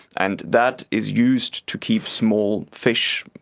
and that is used to keep small fish,